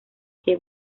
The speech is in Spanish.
que